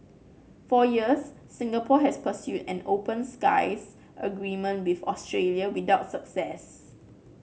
for years Singapore has pursued an open skies agreement with Australia without success